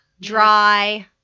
dry